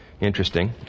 interesting